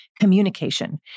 communication